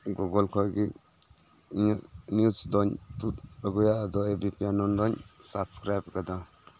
Google ᱠᱷᱚᱡ ᱜᱮ ᱤᱧᱟᱹᱜ ᱱᱤᱭᱩᱡᱽ ᱫᱚᱧ ᱛᱩᱫ ᱟᱜᱩᱭᱟ ᱟᱫᱚ ᱮ ᱵᱤ ᱯᱤ ᱟᱱᱚᱱᱫᱚᱧ ᱥᱟᱵᱽᱥᱠᱨᱟᱭᱤᱵᱽ ᱠᱟᱫᱟ